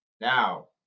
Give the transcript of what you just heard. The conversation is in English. Now